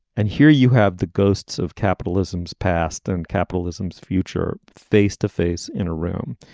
and here you have the ghosts of capitalism's past and capitalism's future face to face in a room.